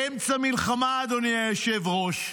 באמצע מלחמה, אדוני היושב-ראש,